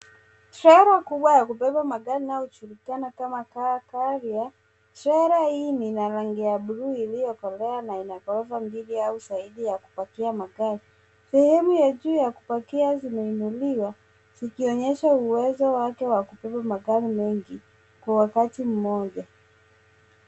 Trela kubwa ya kubeba magari inayojulikana kama car carrier. Trela hii ina rangi ya buluu iliyokolea na ina ghorofa mbili au zaidi ya kupakia magari. Sehemu ya juu ya kupakia zimeinuliwa zikionyesha uwezo wake wa kubeba magari mengi kwa wakati mmoja.